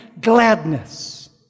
gladness